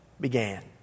began